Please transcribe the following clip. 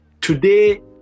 Today